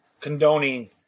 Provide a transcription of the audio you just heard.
condoning